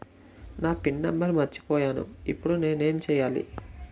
నా PIN number మర్చిపోయాను ఇప్పుడు నేను ఎంచేయాలి?